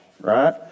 right